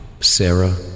Sarah